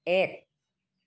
এক